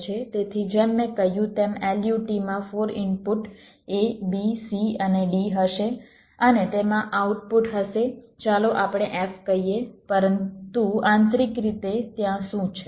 તેથી જેમ મેં કહ્યું તેમ LUT માં 4 ઇનપુટ A B C અને D હશે અને તેમાં આઉટપુટ હશે ચાલો આપણે F કહીએ પરંતુ આંતરિક રીતે ત્યાં શું છે